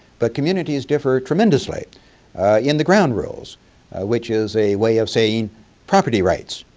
but communities differ tremendously in the ground rules which is a way of saying property rights.